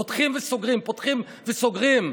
פותחים וסוגרים, פותחים וסוגרים.